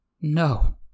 No